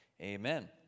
Amen